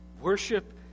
Worship